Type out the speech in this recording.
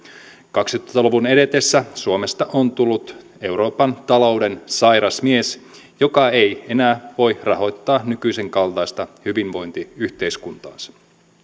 kaksituhatta luvun edetessä suomesta on tullut euroopan talouden sairas mies joka ei enää voi rahoittaa nykyisen kaltaista hyvinvointiyhteiskuntaansa